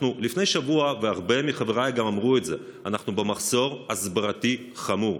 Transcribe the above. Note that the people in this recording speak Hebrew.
לפני שבוע הרבה מחבריי גם אמרו את זה: אנחנו במחסור הסברתי חמור.